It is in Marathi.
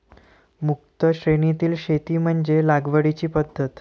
मुक्त श्रेणीतील शेती म्हणजे लागवडीची पद्धत